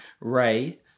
Ray